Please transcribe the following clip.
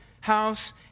house